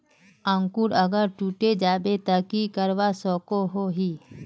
अंकूर अगर टूटे जाबे ते की करवा सकोहो ही?